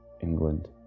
England